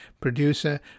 producer